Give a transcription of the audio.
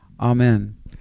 Amen